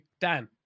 Dan